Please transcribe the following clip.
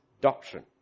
doctrine